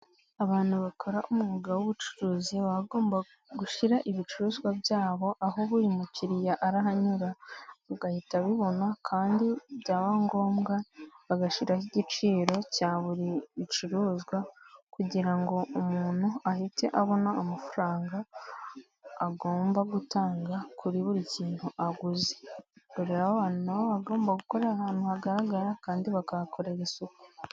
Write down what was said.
Abantu bakora umwuga w'ubucuruzi baba bagomba gushyira ibicuruzwa byabo aho buri mukiriya arahanyura agahita abibona kandi byaba ngombwa bagashyiraho igiciro cya buri bicuruzwa kugira ngo umuntu ahite abona amafaranga agomba gutanga kuri buri kintu aguze, ubwo rero abo bantu na bo baba bagomba gukora ahantu hagaragara kandi bakahakorera isuku.